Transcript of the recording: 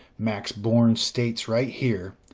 max born states right here,